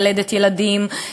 ללדת ילדים,